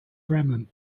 bremen